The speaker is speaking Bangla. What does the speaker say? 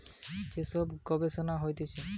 একাউন্টিং ব্যবস্থা ভালো করবার লিগে যে সব গবেষণা হতিছে